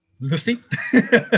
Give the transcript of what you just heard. Lucy